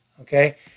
okay